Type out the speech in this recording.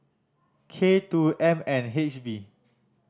k two M N H V